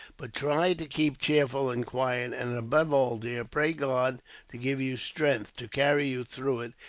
but try to keep cheerful and quiet and above all, dear, pray god to give you strength to carry you through it,